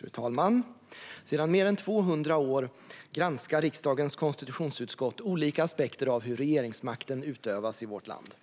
Fru talman! Sedan mer än 200 år granskar riksdagens konstitutionsutskott olika aspekter av hur regeringsmakten utövas i vårt land.